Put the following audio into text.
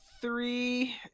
three